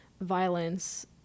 violence